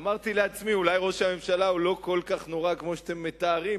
אמרתי לעצמי שאולי ראש הממשלה הוא לא כל כך נורא כמו שאתם מתארים.